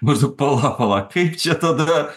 maždaug pala pala kaip čia tada